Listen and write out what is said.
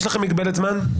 יש לכם מגבלת זמן?